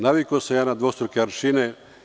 Navikao sam na dvostruke aršine.